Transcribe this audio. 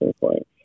point